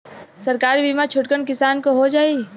सरकारी बीमा छोटकन किसान क हो जाई?